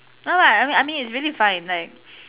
alright I mean I mean it's really fine like